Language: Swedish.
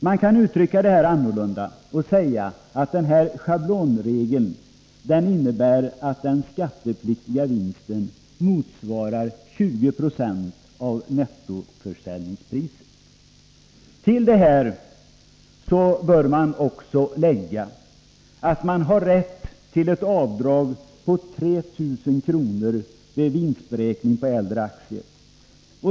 Man kan uttrycka det annorlunda och säga att schablonregeln innebär att den skattepliktiga vinsten motsvarar 20 90 av nettoförsäljningspriset. Till detta bör läggas att man har rätt till ett avdrag med 3 000 kr. vid beräkning av vinst på äldre aktier.